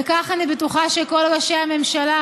וכך אני בטוחה שכל ראשי הממשלה,